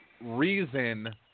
Reason